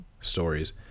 stories